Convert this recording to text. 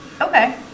Okay